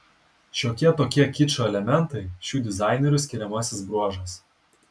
šiokie tokie kičo elementai šių dizainerių skiriamasis bruožas